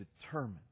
determined